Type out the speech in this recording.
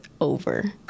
over